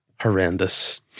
horrendous